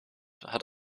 hat